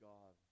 God